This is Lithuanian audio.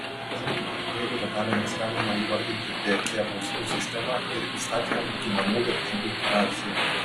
žinoma jeigu detalėmis galima įvardyti bk bausmių sistemą ir įstatymo ginamų vertybių hierarchiją